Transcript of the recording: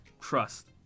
Trust